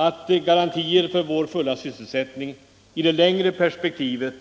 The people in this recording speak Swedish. Att garantier för vår fulla sysselsättning i det längre perspektivet